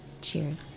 Cheers